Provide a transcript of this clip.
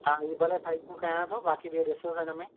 हा ही भले साइड में कयां थो बाक़ी ॿियो ॾिसोसि हिन में